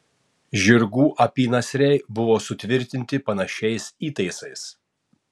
žirgų apynasriai buvo sutvirtinti panašiais įtaisais